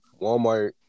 Walmart